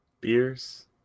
beers